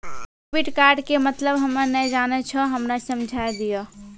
Debit card के मतलब हम्मे नैय जानै छौ हमरा समझाय दियौ?